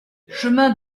chemin